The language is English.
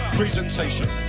presentation